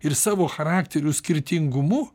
ir savo charakterių skirtingumu